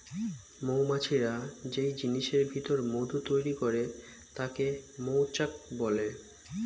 মৌমাছিরা যেই জিনিসের ভিতর মধু তৈরি করে তাকে মৌচাক বলে